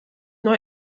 neu